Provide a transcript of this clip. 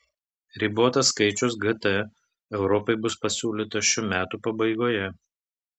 ribotas skaičius gt europai bus pasiūlytas šių metų pabaigoje